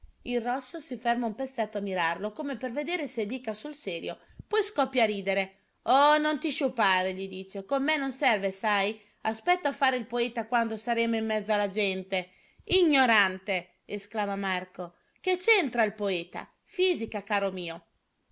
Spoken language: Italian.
il rosso si ferma un pezzetto a mirarlo come per vedere se dica sul serio poi scoppia a ridere oh non ti sciupare gli dice con me non serve sai aspetta a fare il poeta quando saremo in mezzo alla gente ignorante esclama marco che c'entra il poeta fisica caro mio